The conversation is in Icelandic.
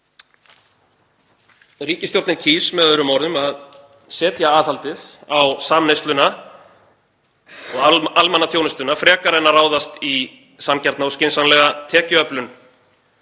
Ríkisstjórnin kýs með öðrum orðum að setja aðhaldið á samneysluna og almannaþjónustuna frekar en að ráðast í sanngjarna og skynsamlega tekjuöflun,